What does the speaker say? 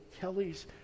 Kelly's